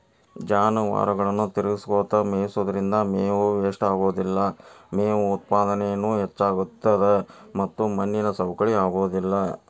ಜಾನುವಾರುಗಳನ್ನ ತಿರಗಸ್ಕೊತ ಮೇಯಿಸೋದ್ರಿಂದ ಮೇವು ವೇಷ್ಟಾಗಲ್ಲ, ಮೇವು ಉತ್ಪಾದನೇನು ಹೆಚ್ಚಾಗ್ತತದ ಮತ್ತ ಮಣ್ಣಿನ ಸವಕಳಿ ಆಗೋದಿಲ್ಲ